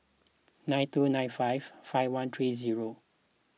nine two nine five five one three zero